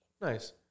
Nice